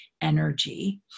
energy